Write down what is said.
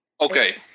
Okay